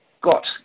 got